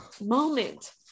moment